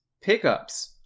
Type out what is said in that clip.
pickups